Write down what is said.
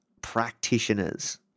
practitioners